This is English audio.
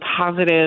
positive